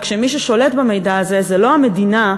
רק שמי ששולט במידע הזה זה לא המדינה,